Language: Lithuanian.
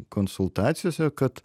konsultacijose kad